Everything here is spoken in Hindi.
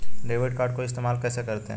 डेबिट कार्ड को इस्तेमाल कैसे करते हैं?